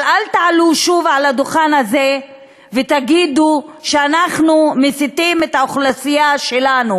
אבל אל תעלו שוב על הדוכן הזה ותגידו שאנחנו מסיתים את האוכלוסייה שלנו.